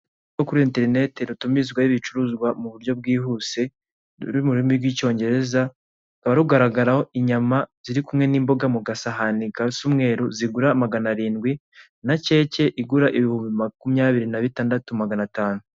Kuri interineti rutumirizwaho ibicuruzwa ku buryo bwihuse ruri mu rurimi rw'icyongereza, rukaba rugaragaraho inyama ziri kumwe n'imboga mu gasahani gasa umweru zigura maganarindwi na keke igura ibihumbi makumyabiri na bitandatu maganatanu.